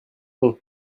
bon